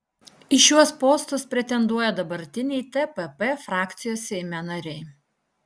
į šiuos postus pretenduoja dabartiniai tpp frakcijos seime nariai